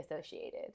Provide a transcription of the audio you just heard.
associated